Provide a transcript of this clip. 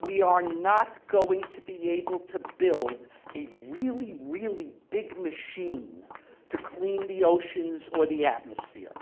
we are not going to be able to build a really, really big machine to clean the oceans or the atmosphere.